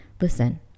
listen